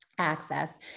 access